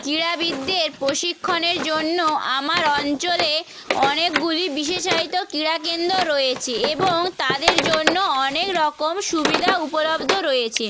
ক্রীড়াবিদদের প্রশিক্ষণের জন্য আমার অঞ্চলে অনেকগুলি বিশেষায়িত ক্রীড়া কেন্দ্র রয়েছে এবং তাদের জন্য অনেক রকম সুবিধা উপলব্ধ রয়েছে